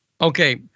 Okay